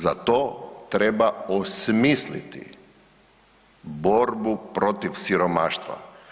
Za to treba osmisliti borbu protiv siromaštva.